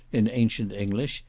in ancient english,